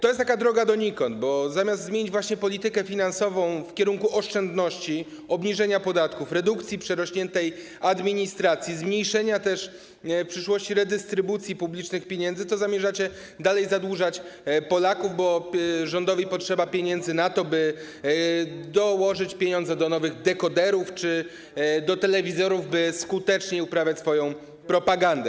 To jest taka droga donikąd, bo zamiast zmienić politykę finansową w kierunku oszczędności, obniżenia podatków, redukcji przerośniętej administracji, zmniejszenia też w przyszłości redystrybucji publicznych pieniędzy, zamierzacie dalej zadłużać Polaków, bo rządowi potrzeba pieniędzy na to, by dołożyć pieniądze do nowych dekoderów czy do telewizorów, by skutecznie uprawiać swoją propagandę.